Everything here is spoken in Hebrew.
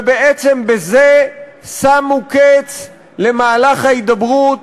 ובעצם בזה שמו קץ למהלך ההידברות,